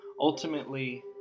Ultimately